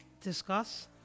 discuss